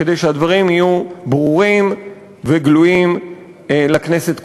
כדי שהדברים יהיו ברורים וגלויים לכנסת כולה.